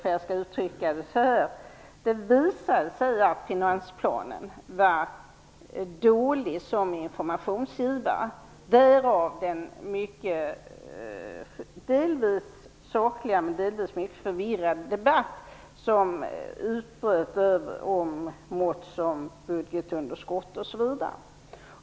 Det visade sig att finansplanen var dålig som informationsgivare - därav den delvis sakliga men delvis mycket förvirrande debatt som utbröt om budgetunderskottet osv.